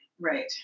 Right